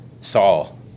Saul